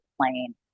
Plain